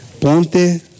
Ponte